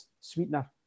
sweetener